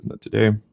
today